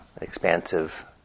expansive